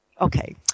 okay